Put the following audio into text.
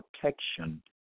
protection